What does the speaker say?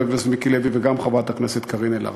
הכנסת מיקי לוי וגם חברת הכנסת קארין אלהרר.